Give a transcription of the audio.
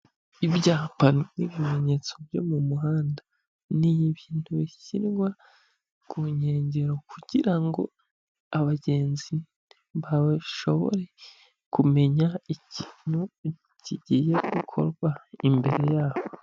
Ibyapa n'ibimenyetso byo mu muhanda, ni ibintu bishyirwa ku nkengero kugira ngo abagenzi bashobore kumenya ikintu kigiye gukorwa imbere yabo.